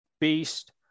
Beast